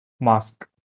mask